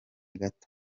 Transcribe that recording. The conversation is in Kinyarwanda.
gato